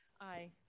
Aye